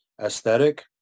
aesthetic